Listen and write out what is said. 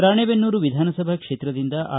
ರಾಣೆಬೆನ್ನೂರು ವಿಧಾನಸಭಾ ಕ್ಷೇತ್ರದಿಂದ ಆರ್